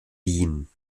wien